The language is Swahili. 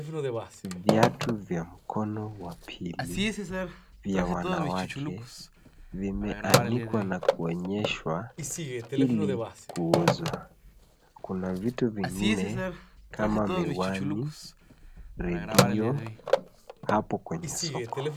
Viatu vya mkono wa pili vya wanawake vimeanikwa nakuonyeshwa ili kuuzwa, kuna vitu vingine kama miwani, redio hapo kwenye soko.